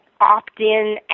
opt-in